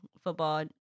football